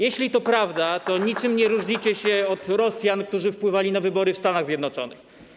Jeśli to prawda, to niczym nie różnicie się od Rosjan, którzy wpływali na wybory w Stanach Zjednoczonych.